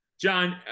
John